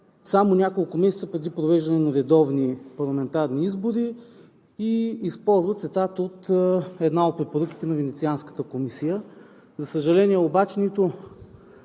само няколко месеца преди провеждането на редовни парламентарни избори и използва цитат от една от препоръките на Венецианската комисия. За съжаление обаче, нито